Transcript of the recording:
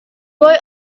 boy